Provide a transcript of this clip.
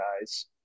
guys